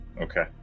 Okay